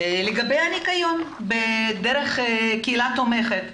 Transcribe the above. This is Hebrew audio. לגבי הניקיון דרך קהילה תומכת.